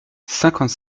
cinquante